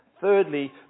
Thirdly